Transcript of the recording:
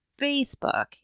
Facebook